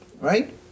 right